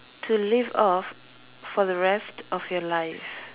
to live off for the rest of your life